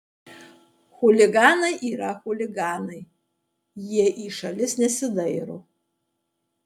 chuliganai yra chuliganai jie į šalis nesidairo